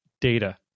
data